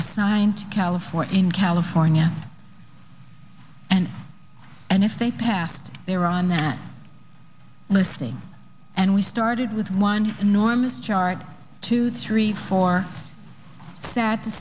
assigned california in california and and if they passed their on that listing and we started with one just enormous chart two three four sad to